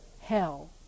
hell